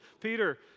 Peter